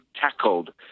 tackled